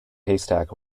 haystack